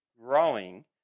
growing